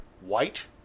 White